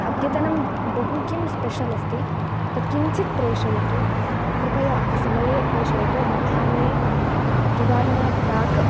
अद्यतनं बहु किं स्पेशल् अस्ति तत् किञ्चित् प्रेशयतु कृपया समये प्रेशयतु मध्यान्हे द्विवादनात् प्राक्